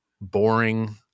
boring